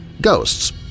Ghosts